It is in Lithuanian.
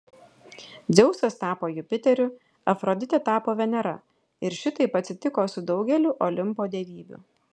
dzeusas tapo jupiteriu afroditė tapo venera ir šitaip atsitiko su daugeliu olimpo dievybių